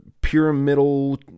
pyramidal